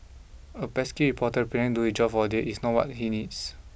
a pesky reporter pretend do his job for a day is not what he needs